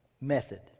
method